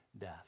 death